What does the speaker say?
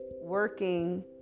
working